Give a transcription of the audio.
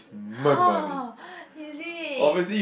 oh is it